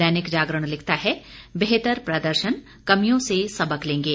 दैनिक जागरण लिखता है बेहतर प्रदर्शन कमियों से सबक लेंगे